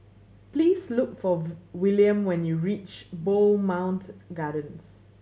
please look for Willam when you reach Bowmont Gardens